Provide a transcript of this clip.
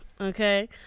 okay